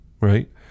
right